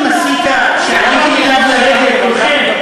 מסיקה, שעליתם אליו לרגל כולכם.